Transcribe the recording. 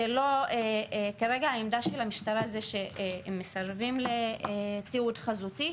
כרגע העמדה של המשטרה זה שהם מסרבים לתיעוד חזותי.